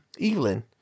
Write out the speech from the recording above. Evelyn